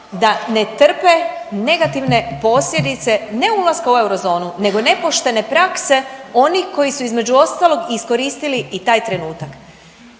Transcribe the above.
da ne trpe negativne posljedice, ne ulaska u eurozonu, nego nepoštene prakse onih koji su, između ostalog, iskoristili i taj trenutak.